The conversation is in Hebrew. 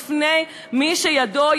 בפני מי שידו,